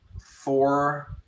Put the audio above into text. four